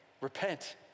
repent